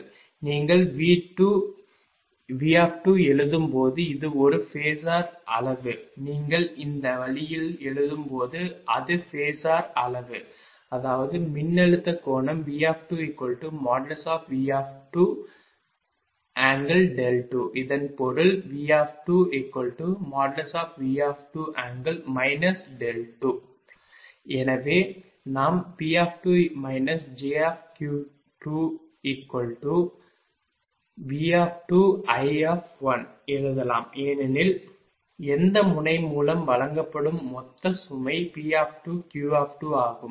நீங்கள் V எழுதும் போது இது ஒரு ஃபேசர் அளவு நீங்கள் இந்த வழியில் எழுதும்போது அது ஃபேசர் அளவு அதாவது மின்னழுத்த கோணம் V2V22 இதன் பொருள் V2V2∠ 2 எனவே நாம் P2 jQ2V2I எழுதலாம் ஏனெனில் இந்த முனை மூலம் வழங்கப்படும் மொத்த சுமை P2Q ஆகும்